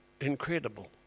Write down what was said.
incredible